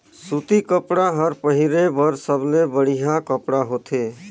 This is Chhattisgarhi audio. सूती कपड़ा हर पहिरे बर सबले बड़िहा कपड़ा होथे